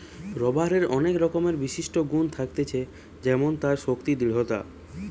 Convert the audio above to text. রাবারের অনেক রকমের বিশিষ্ট গুন থাকতিছে যেমন তার শক্তি, দৃঢ়তা